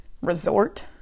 resort